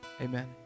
Amen